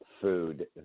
food